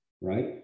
Right